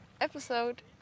episode